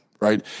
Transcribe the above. right